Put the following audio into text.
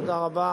תודה רבה,